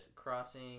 crossing